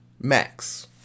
Max